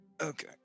Okay